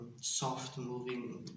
soft-moving